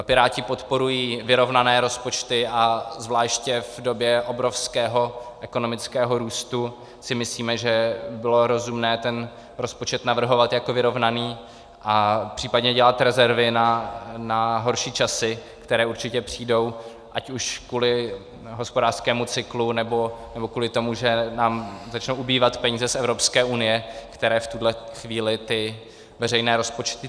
Piráti podporují vyrovnané rozpočty a zvláště v době obrovského ekonomického růstu si myslíme, že by bylo rozumné rozpočet navrhovat jako vyrovnaný a případně dělat rezervy na horší časy, které určitě přijdou, ať už kvůli hospodářskému cyklu, nebo kvůli tomu, že nám začnou ubývat peníze z Evropské unie, které v tuto chvíli ty veřejné rozpočty táhnou.